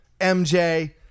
mj